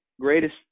greatest